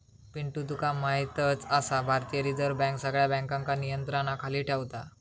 पिंटू तुका म्हायतच आसा, भारतीय रिझर्व बँक सगळ्या बँकांका नियंत्रणाखाली ठेवता